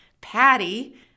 Patty